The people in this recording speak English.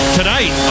tonight